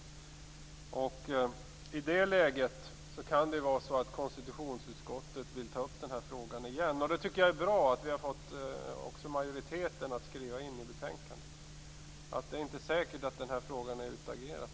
I det läget kan det vara så att konstitutionsutskottet vill ta upp frågan igen. Jag tycker att det är bra att vi också har fått majoriteten att skriva in detta i betänkandet. Det är alltså inte säkert att den här frågan är utagerad.